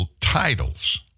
titles